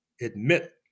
admit